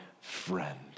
friend